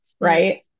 right